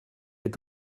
est